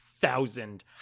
thousand